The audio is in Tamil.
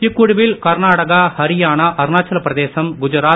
இக்குழுவில் கர்நாடாகா ஹரியானா அருணச்சாலப்பிரதேசம் குஜராத்